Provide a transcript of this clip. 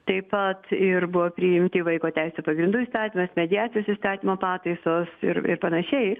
taip pat ir buvo priimti vaiko teisių pagrindų įstatymas mediacijos įstatymo pataisos ir panašiai